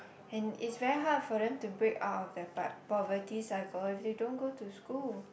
and it's very hard for them to break out their po~ poverty cycle if they don't go to school